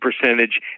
percentage